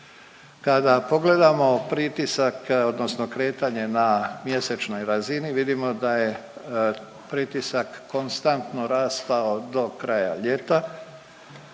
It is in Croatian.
Kada pogledamo pritisak odnosno kretanje na mjesečnoj razini, vidimo da je pritisak konstantno rastao do kraja ljeta,